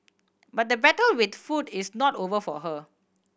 but the battle with food is not over for her